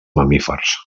mamífers